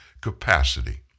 capacity